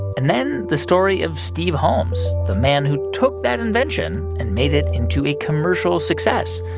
and then the story of steve holmes, the man who took that invention and made it into a commercial success.